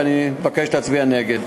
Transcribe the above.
ואני מבקש להצביע נגד.